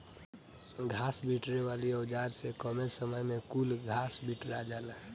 घास बिटोरे वाली औज़ार से कमे समय में कुल घास बिटूरा जाला